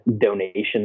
donation